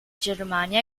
germania